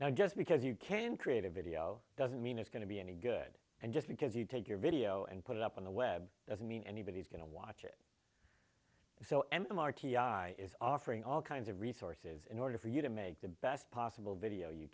now just because you can create a video doesn't mean it's going to be any good and just because you take your video and put it up on the web doesn't mean anybody's going to watch it so m r t i is offering all kinds of resources in order for you to make the best possible video you